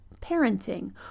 parenting